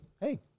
hey